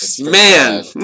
Man